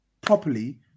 properly